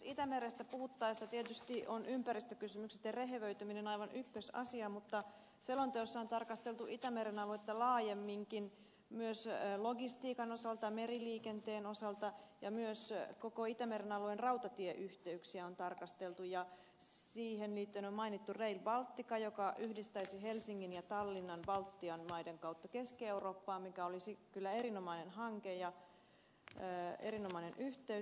itämerestä puhuttaessa tietysti on ympäristökysymykset ja rehevöityminen aivan ykkösasia mutta selonteossa on tarkasteltu itämeren aluetta laajemminkin myös logistiikan osalta meriliikenteen osalta ja myös koko itämeren alueen rautatieyhteyksiä on tarkasteltu ja siihen liittyen on mainittu rail baltica joka yhdistäisi helsingin ja tallinnan baltian maiden kautta keski eurooppaan mikä olisi kyllä erinomainen hanke ja erinomainen yhteys